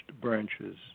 branches